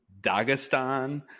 Dagestan